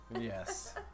Yes